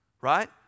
right